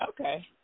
Okay